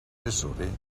tresorer